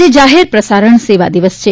આજે જાહેર પ્રસારણ સેવા દિવસ છે